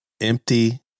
empty